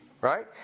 Right